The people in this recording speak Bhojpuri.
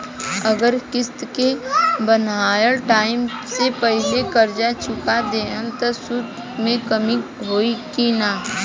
अगर किश्त के बनहाएल टाइम से पहिले कर्जा चुका दहम त सूद मे कमी होई की ना?